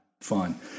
fun